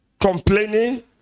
complaining